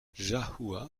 jahoua